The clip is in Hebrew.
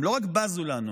והם לא רק בזו לנו,